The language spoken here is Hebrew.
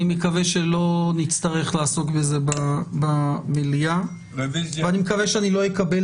אני מקווה שלא נצטרך לעסוק בזה במליאה ואני מקווה שאני לא אקבל